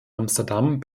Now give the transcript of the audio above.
amsterdam